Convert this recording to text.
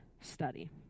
study